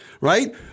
right